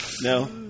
No